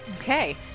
Okay